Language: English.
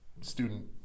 student